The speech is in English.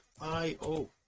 IO